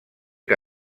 que